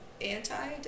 anti